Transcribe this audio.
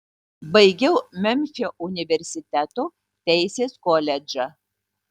baigiau memfio universiteto teisės koledžą